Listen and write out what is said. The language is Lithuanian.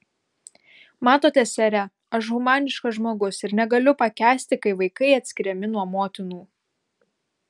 matote sere aš humaniškas žmogus ir negaliu pakęsti kai vaikai atskiriami nuo motinų